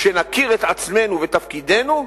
כשנכיר את עצמנו ותפקידנו,